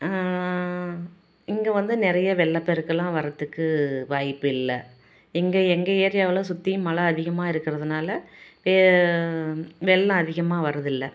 இங்கே வந்து நிறைய வெள்ளப்பெருக்குலாம் வரதுக்கு வாய்ப்பு இல்லை எங்கள் எங்கள் ஏரியாவில் சுற்றியும் மழை அதிகமாக இருக்கறதுனால் வெள்ளம் அதிகமாக வரதில்லை